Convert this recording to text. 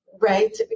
right